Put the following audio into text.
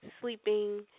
sleeping